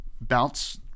bounce